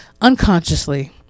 unconsciously